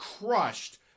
crushed